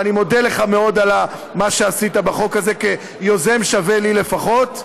ואני מודה לך מאוד על מה שעשית בחוק הזה כיוזם שווה לי לפחות.